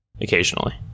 occasionally